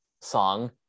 song